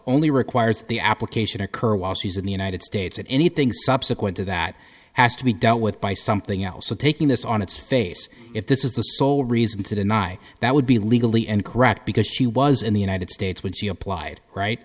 only requires the application occur while she's in the united states and anything subsequent to that has to be dealt with by something else so taking this on its face if this is the sole reason to deny that would be legally and correct because she was in the united states when she applied right